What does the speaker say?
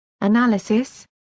analysis